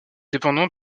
dépendant